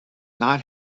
not